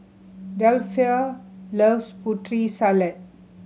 Delpha loves Putri Salad